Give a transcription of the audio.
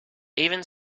even